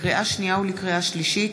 לקריאה שנייה ולקריאה שלישית: